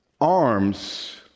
arms